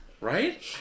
Right